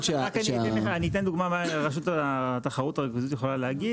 אני אתן דוגמה מה רשות התחרות יכולה להגיד?